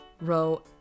row